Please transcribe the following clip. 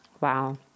Wow